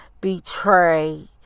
betray